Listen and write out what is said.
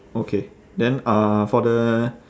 okay then uh for the